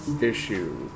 issue